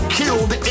killed